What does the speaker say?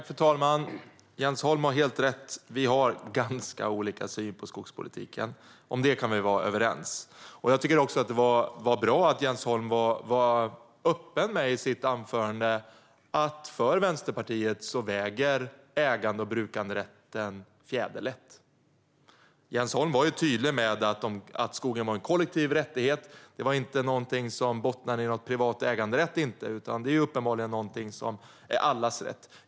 Fru talman! Jens Holm har helt rätt - vi har ganska olika syn på skogspolitiken. Om det kan vi vara överens. Jag tycker att det var bra att Jens Holm i sitt anförande var öppen med att ägande och brukanderätten väger fjäderlätt för Vänsterpartiet. Jens Holm var tydlig med att skogen är en kollektiv rättighet. Det är ingenting som bottnar i någon privat äganderätt, inte, utan det är uppenbarligen något som är allas rätt.